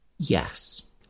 Yes